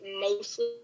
mostly